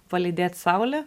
palydėt saulę